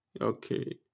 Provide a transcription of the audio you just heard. Okay